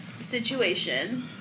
situation